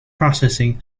processing